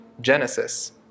Genesis